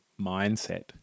mindset